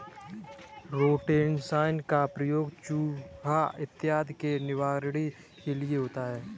rodenticide का प्रयोग चुहा इत्यादि के निवारण के लिए होता है